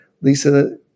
Lisa